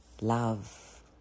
Love